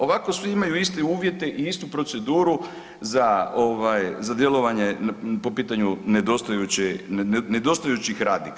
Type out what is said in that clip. Ovako svi imaju iste uvjete i istu proceduru za djelovanje po pitanju nedostajućih radnika.